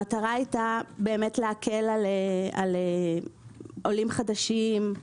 היא הייתה להקל על עולים חדשים,